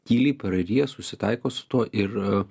tyliai praryja susitaiko su tuo ir